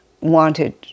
wanted